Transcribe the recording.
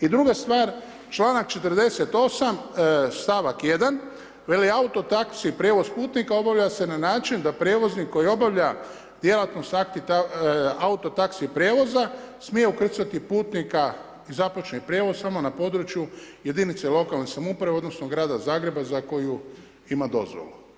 I druga stvar članak 48. stavak 1. veli auto-taxi prijevoza putnika obavlja se na način da prijevoznik koji obavlja djelatnost auto-taxi prijevoza smije ukrcati putnika i započne prijevoz samo na području jedinice lokalne samouprave, odnosno grada Zagreba za koju ima dozvolu.